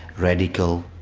radical.